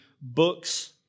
books